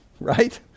right